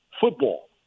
football